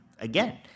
again